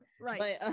right